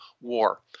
war